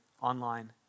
online